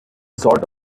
sort